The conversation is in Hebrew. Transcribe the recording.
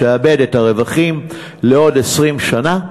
לשעבד את הרווחים לעוד 20 שנה.